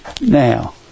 Now